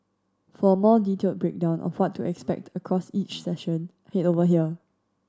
for a more detailed breakdown of what to expect across each session head over here